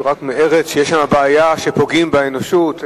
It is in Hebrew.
זה רק מארץ שיש שם בעיה שפוגעים באנשים.